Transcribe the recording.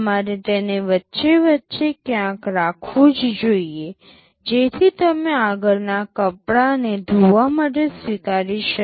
તમારે તેને વચ્ચે વચ્ચે ક્યાંક રાખવું જ જોઇએ જેથી તમે આગલા કપડાંને ધોવા માટે સ્વીકારી શકો